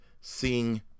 seeing